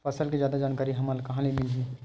फसल के जादा जानकारी हमला कहां ले मिलही?